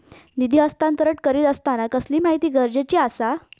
निधी हस्तांतरण करीत आसताना कसली माहिती गरजेची आसा?